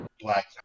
black